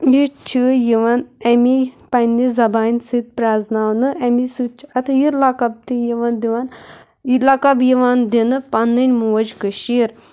یہِ چھِ یِون اَمے پنٛنہِ زبانہِ سۭتۍ پرٛزناونہٕ اَمےسۭتۍ چھُ اَتھ یہِ لقب تہِ یِوان دِوان یہِ لقب یِوان دِنہٕ پنٕنۍ موج کٔشیٖر